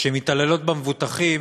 שמתעללות במבוטחים,